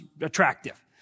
attractive